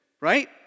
right